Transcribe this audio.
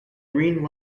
green